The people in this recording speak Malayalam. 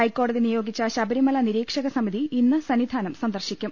ഹൈക്കോടതി നിയോഗിച്ച ശുബരിമല നിരീക്ഷക സമിതി ഇന്ന് സന്നിധാനം സന്ദർശിക്കും